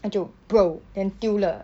他就 brother then 丢了